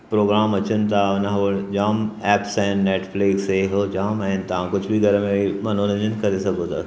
programme अचनि था न उहो जामु ऐप्स आहिनि नेटफ्लिक्स हे उहो जामु आहिनि तव्हां कुझु बि घर में मनोरंजन करे सघो था